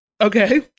okay